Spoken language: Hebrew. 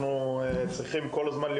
אנחנו חייבים להיות לצידן כל הזמן,